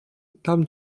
dam